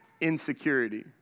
insecurity